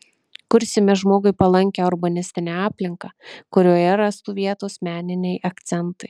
kursime žmogui palankią urbanistinę aplinką kurioje rastų vietos meniniai akcentai